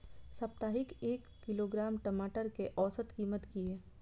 साप्ताहिक एक किलोग्राम टमाटर कै औसत कीमत किए?